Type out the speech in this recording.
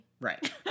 Right